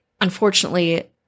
unfortunately